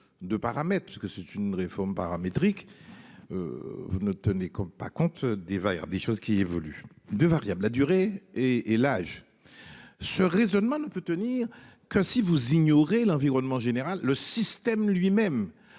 De paramètres ce que c'est une réforme paramétrique. Vous ne tenez compte pas compte des verts des choses qui évoluent de variable la durée et et l'âge. Ce raisonnement ne peut tenir que si vous ignorez l'environnement général. Le système lui-même